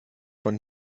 von